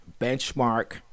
benchmark